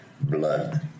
Blood